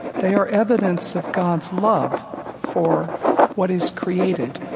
they are evidence of god's love for what is created.